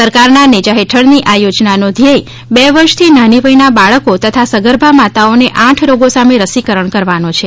સરકારના નેજા હેઠળની આ યોજનાનો ધ્યેય બે વર્ષથી નાની વયના બાળકો તથા સગર્ભા માતાઓને આઠ રોગો સામે રસીકરણ કરવાનો છે